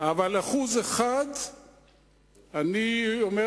אבל 1% אני אומר,